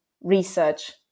research